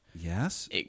Yes